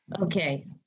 Okay